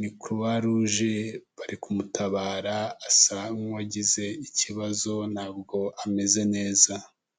ni kuruwaruje bari kumutabara, asa nk'uwagize ikibazo ntabwo ameze neza.